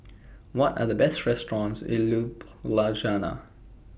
What Are The Best restaurants in Ljubljana